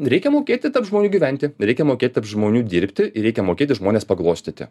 reikia mokėti tarp žmonių gyventi reikia mokėt tarp žmonių dirbti ir reikia mokėti žmones paglostyti